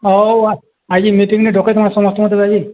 ହଉ ଆଜି ମିଟିଙ୍ଗ୍ଟେ ଡକେଇଦମା ସମସ୍ତଙ୍କୁ ଆଜି